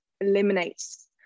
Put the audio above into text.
eliminates